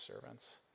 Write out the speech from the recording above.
servants